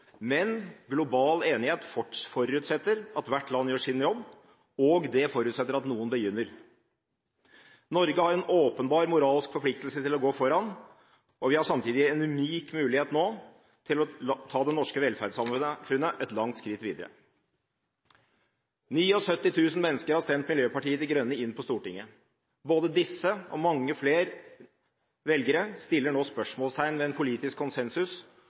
Men global enighet forutsetter at hvert land gjør sin jobb, og det forutsetter at noen begynner. Norge har en åpenbar moralsk forpliktelse til å gå foran, og vi har samtidig en unik mulighet nå til å ta det norske velferdssamfunnet et langt skritt videre. 79 000 mennesker har stemt Miljøpartiet De Grønne inn på Stortinget. Både disse og mange flere velgere stiller nå spørsmål ved en politisk konsensus